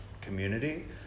community